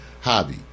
hobby